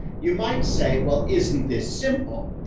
you might say, well, isn't this simple.